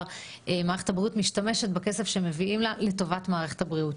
מערכת הבריאות משתמשת בכסף שמביאים לה לטובת מערכת הבריאות.